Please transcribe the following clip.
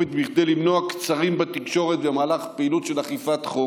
כדי למנוע קצרים בתקשורת במהלך פעילות של אכיפת חוק,